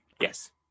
Yes